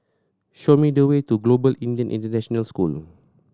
show me the way to Global Indian International School